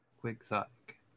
quixotic